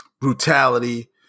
brutality